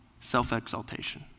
self-exaltation